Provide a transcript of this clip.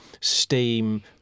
steam